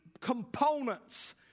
components